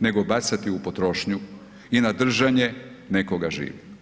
nego bacati u potrošnju i na držanje nekoga živim.